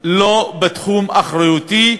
לא בתחום אחריותי,